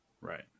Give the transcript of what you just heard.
Right